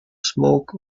smoke